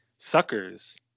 Suckers